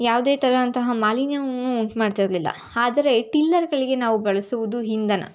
ಯಾವುದೇ ಥರ ಅಂತಹ ಮಾಲಿನ್ಯವು ಉಂಟು ಮಾಡ್ತಿರಲಿಲ್ಲ ಆದರೆ ಟಿಲ್ಲರ್ಗಳಿಗೆ ನಾವು ಬಳಸುವುದು ಇಂಧನ